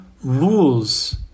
rules